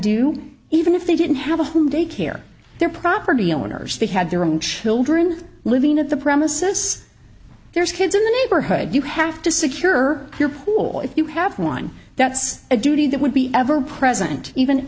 do even if they didn't have a home daycare their property owners they had their own children living at the premises there's kids in the neighborhood you have to secure your pool you have one that's a duty that would be ever present even